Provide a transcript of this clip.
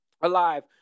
alive